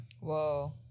Whoa